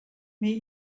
mais